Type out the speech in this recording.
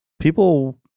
People